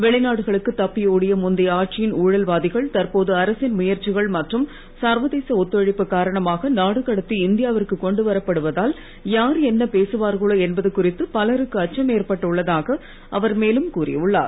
வெளிநாடுகளுக்குத் தப்பியோடிய முந்தைய ஆட்சியின் ஊழல்வாதிகள் தற்போது அரசின் முயற்சிகள் மற்றும் சர்வதேச ஒத்துழைப்பு காரணமாக நாடு கடத்தி இந்தியாவிற்கு கொண்டு வரப்படுவதால் யார் என்ன பேசுவார்களோ என்பது குறித்து பலருக்கு அச்சம் ஏற்பட்டு உள்ளதாக அவர் மேலும் கூறியுள்ளார்